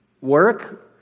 work